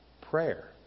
prayer